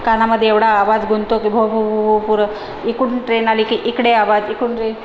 कानामध्ये एवढा आवाज गुंजतो की भोभू भूभूभू पुरं इकडून ट्रेन आली की इकडे आवाज इकडून ट्रेन